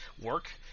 work